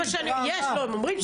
הם אומרים שיש נוהל.